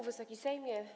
Wysoki Sejmie!